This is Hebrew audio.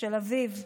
של אביב,